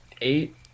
eight